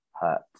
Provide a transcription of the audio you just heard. Hurt